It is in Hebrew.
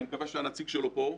אני מקווה שהנציג שלו פה,